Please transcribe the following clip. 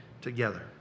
together